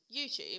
YouTube